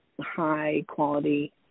high-quality